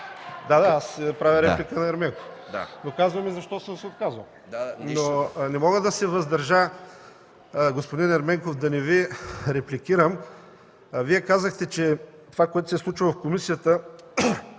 Да, аз правя реплика на господин Ерменков, но казвам и защо съм се отказал. Не мога да се въздържа, господин Ерменков, да не Ви репликирам. Вие казахте, че това, което се случва в комисията,